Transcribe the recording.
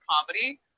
comedy